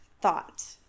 thought